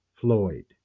Floyd